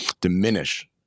diminish